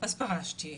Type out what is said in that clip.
אז פרשתי,